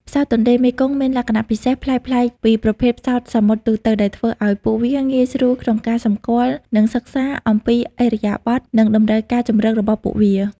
ផ្សោតទន្លេមេគង្គមានលក្ខណៈពិសេសប្លែកៗពីប្រភេទផ្សោតសមុទ្រទូទៅ ដែលធ្វើឱ្យពួកវាងាយស្រួលក្នុងការសម្គាល់ និងសិក្សាអំពីឥរិយាបថ និងតម្រូវការជម្រករបស់ពួកវា។